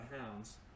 hounds